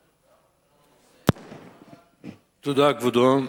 תודה, כבודו.